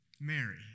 Mary